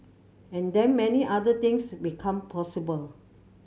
and then many other things become possible